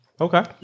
Okay